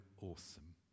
awesome